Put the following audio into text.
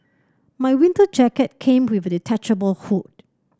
my winter jacket came with a detachable hood